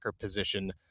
position